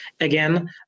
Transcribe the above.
again